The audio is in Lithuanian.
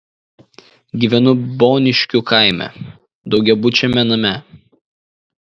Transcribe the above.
gyvenu boniškių kaime daugiabučiame name